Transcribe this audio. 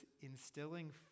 instilling